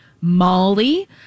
molly